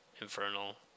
Infernal